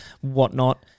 whatnot